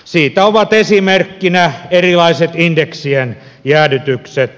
siitä ovat esimerkkinä erilaiset indeksien jäädytykset